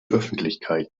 öffentlichkeit